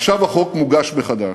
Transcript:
עכשיו החוק מוגש מחדש,